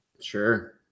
Sure